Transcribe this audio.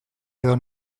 edo